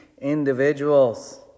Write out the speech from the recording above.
individuals